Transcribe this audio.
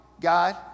God